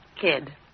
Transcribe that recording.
Kid